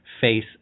face